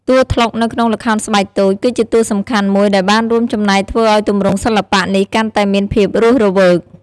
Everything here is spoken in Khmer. តួត្លុកកនៅក្នុងល្ខោនស្បែកតូច គឺជាតួសំខាន់មួយដែលបានរួមចំណែកធ្វើឱ្យទម្រង់សិល្បៈនេះកាន់តែមានភាពរស់រវើក ។